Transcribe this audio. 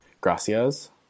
Gracias